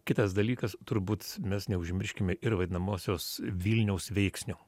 kitas dalykas turbūt mes neužmirškime ir vadinamosios vilniaus veiksnio